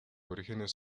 orígenes